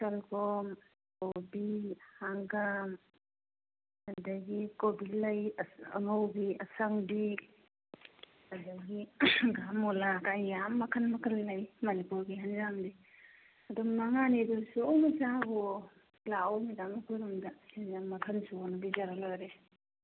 ꯁꯪꯒꯣꯝ ꯀꯣꯕꯤ ꯍꯪꯒꯥꯝ ꯑꯗꯒꯤ ꯀꯣꯕꯤ ꯂꯩ ꯑꯉꯧꯕꯤ ꯑꯁꯪꯕꯤ ꯑꯗꯒꯤ ꯍꯪꯒꯥꯝ ꯃꯨꯜꯂꯥꯗ ꯌꯥꯝ ꯃꯈꯜ ꯃꯈꯜ ꯂꯩ ꯃꯅꯤꯄꯨꯔꯒꯤ ꯑꯦꯟꯁꯥꯡꯗꯤ ꯑꯗꯨꯝ ꯃꯉꯥꯅꯤꯗꯨ ꯂꯣꯏꯃꯛ ꯆꯥꯈꯨꯋꯣ ꯂꯥꯛꯑꯣ ꯃꯦꯗꯥꯝ ꯑꯩꯈꯣꯏ ꯔꯣꯝꯗ ꯑꯦꯟꯁꯥꯡ ꯃꯈꯜ ꯁꯨꯅ ꯄꯤꯖꯔ ꯂꯣꯏꯔꯦ